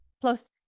Plus